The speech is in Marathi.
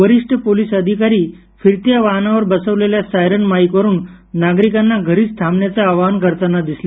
वरिष्ठ पोलीस अधिकारी फिरत्या वाहनांवर बसवलेल्या सायरन माईकवरून नागरिकांना घरीच थांबण्याचं आवाहन करताना दिसले